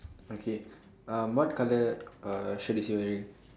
okay um what colour uh shirt is he wearing